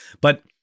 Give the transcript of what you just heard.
but-